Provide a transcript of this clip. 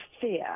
fear